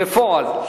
בפועל,